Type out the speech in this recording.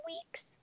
weeks